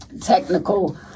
technical